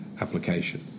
application